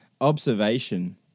Observation